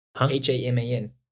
H-A-M-A-N